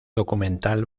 documental